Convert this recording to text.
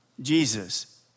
Jesus